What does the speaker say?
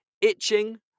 itching